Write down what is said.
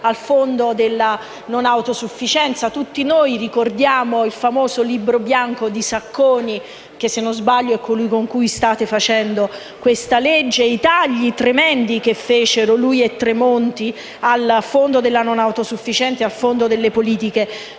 nazionale per la non autosufficienza. Tutti noi ricordiamo il famoso Libro bianco di Sacconi - che se non sbaglio è colui con cui state facendo questa legge - e i tagli tremendi che fecero, lui e Tremonti, al Fondo per la non autosufficienza e al Fondo per le politiche